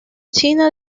china